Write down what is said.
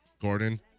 Gordon